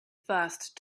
first